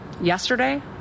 Yesterday